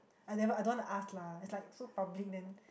I never I don't want to ask lah is like so public then